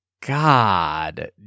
God